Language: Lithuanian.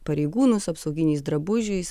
pareigūnus apsauginiais drabužiais